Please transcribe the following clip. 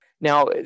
Now